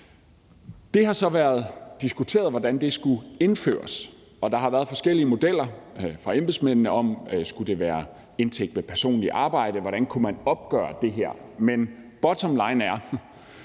Det har så været diskuteret, hvordan det skulle indføres, og der har været forskellige modeller fra embedsmændene – skulle det være indtægt ved personligt arbejde, og hvordan kunne man opgøre det her? Men bottomline er,